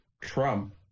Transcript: Trump